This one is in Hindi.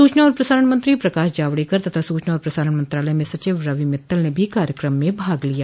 सूचना और प्रसारण मंत्री प्रकाश जावडेकर तथा सूचना और प्रसारण मंत्रालय में सचिव रवि मित्तल ने भी कार्यक्रम में भाग लिया